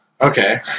Okay